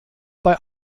bei